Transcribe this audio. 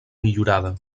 millorada